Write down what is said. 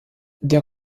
der